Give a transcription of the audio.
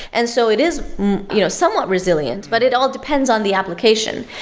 and so it is you know somewhat resilient, but it all depends on the application,